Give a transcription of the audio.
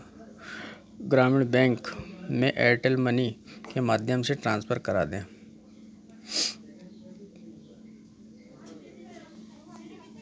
ग्रामीण बैंक में एयरटेल मनी के माध्यम से ट्रांसफर करा दें